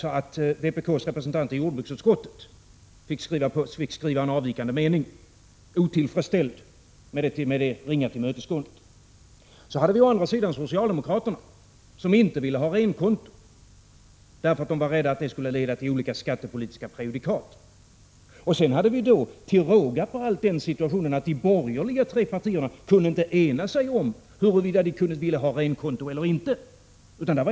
så svag att vpk:s representant i jordbruksutskottet nödgades avge en avvikande mening, otillfredsställd som han var med det ringa tillmötesgåendet. Å andra sidan ville socialdemokraterna inte ha renkonton, därför att de var rädda för att de skulle leda till olika skattepolitiska prejudikat. Sedan hade vi till råga på allt den situationen att de tre borgerliga partierna inte kunde ena sig om huruvida de ville ha renkonto eller inte.